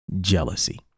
jealousy